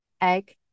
egg